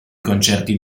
concerti